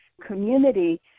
community